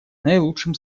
наилучшим